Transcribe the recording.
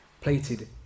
plated